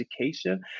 education